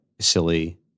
silly